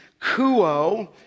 Kuo